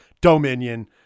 dominion